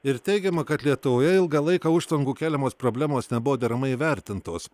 ir teigiama kad lietuvoje ilgą laiką užtvankų keliamos problemos nebuvo deramai įvertintos